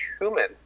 human